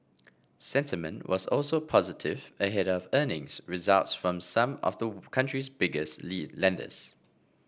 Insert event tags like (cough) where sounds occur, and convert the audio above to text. sentiment was also positive ahead of earnings results from some of the (unintelligible) country's biggest lead lenders